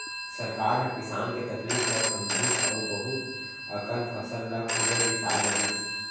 सरकार ह किसान के तकलीफ ल समझिस अउ बहुत अकन फसल ल खुदे बिसाए लगिस